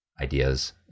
ideas